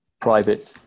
private